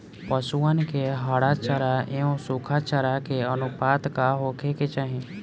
पशुअन के हरा चरा एंव सुखा चारा के अनुपात का होखे के चाही?